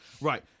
Right